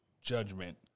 judgment